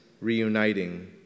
reuniting